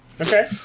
Okay